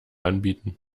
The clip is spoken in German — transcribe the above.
anbieten